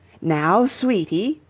now, sweetie!